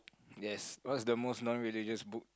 yes what's the most non religious book